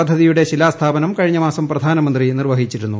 പദ്ധതിയുടെ ശിലാസ്ഥാപനം കഴിഞ്ഞ മാസം പ്രധാനമന്ത്രി നിർവഹിച്ചിരുന്നു